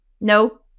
No